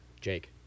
Jake